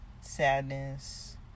sadness